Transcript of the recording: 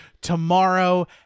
tomorrow